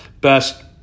best